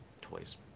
Toys